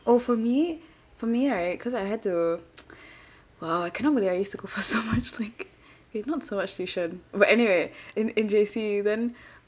oh for me for me right because I had to !wow! I cannot believe I used to go for so much thing wait not so much tuition but anyway in in J_C then